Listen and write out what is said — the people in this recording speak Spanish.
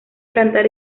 cantar